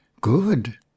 Good